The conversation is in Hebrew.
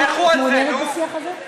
אנחנו בדיאלוג.